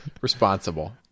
responsible